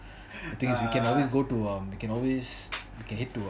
the thing is we can always go to um we can always we can head to um